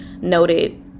noted